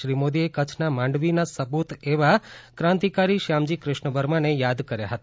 શ્રી મોદી એ કચ્છના માંડવીના સપૂત એવા ક્રાંતિકારી શ્યામજી ક્રષ્ણ વર્માને ખાસ યાદ કર્યા હતા